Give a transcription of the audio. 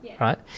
right